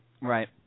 Right